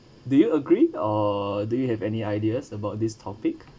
do you agree or do you have any ideas about this topic